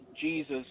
Jesus